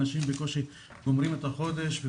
אנשים בקושי גומרים את החודש,